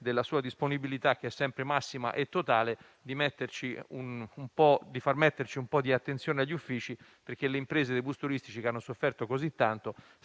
della sua disponibilità, che è sempre massima e totale, a farci mettere un po' di attenzione dagli uffici, perché le imprese dei bus turistici, che hanno sofferto così tanto,